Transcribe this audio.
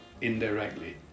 indirectly